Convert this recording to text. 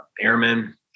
airmen